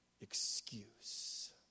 excuse